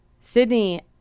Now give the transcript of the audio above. Sydney